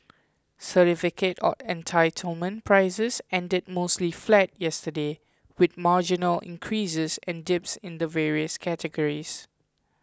certificate of Entitlement prices ended mostly flat yesterday with marginal increases and dips in the various categories